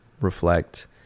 reflect